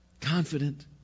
Confident